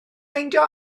meindio